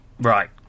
Right